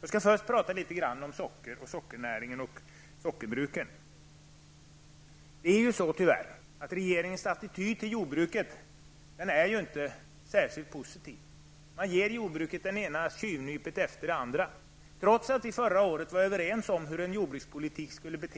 Jag skall först prata litet om socker, sockernäringen och sockerbruken. Det är tyvärr så att regeringens attityd till jordbruket inte är särskilt positiv. Man ger jordbruket det ena tjuvnypet efter det andra trots att vi förra året var överens om jordbrukspolitiken.